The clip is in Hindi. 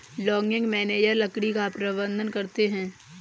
लॉगिंग मैनेजर लकड़ी का प्रबंधन करते है